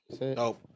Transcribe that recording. No